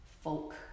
folk